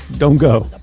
don't go,